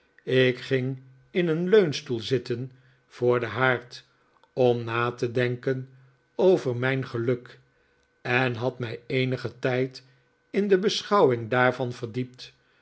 ik ging in een leimstoel zitten voor den haard om na te denken over mijn peluk en had mij eenigen tijd in de beschouwing daarvan verdiept